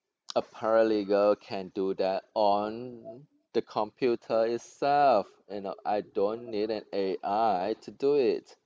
a paralegal can do that on the computer itself you know I don't need an A_I to do it